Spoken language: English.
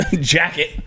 jacket